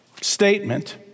statement